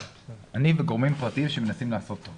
שיחה ביני ובין גורמים פרטיים שמנסים לעשות טוב.